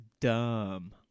dumb